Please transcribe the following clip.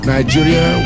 Nigeria